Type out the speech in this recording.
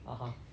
and no jio